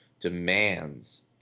demands